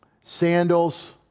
sandals